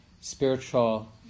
spiritual